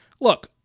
Look